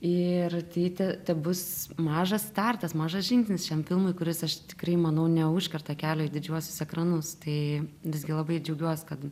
ir tai te tebus mažas startas mažas žingsnis šiam filmui kuris aš tikrai manau neužkerta kelio į didžiuosius ekranus tai visgi labai džiaugiuos kad